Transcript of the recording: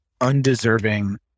undeserving